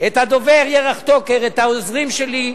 את הדובר ירח טוקר, את העוזרים שלי,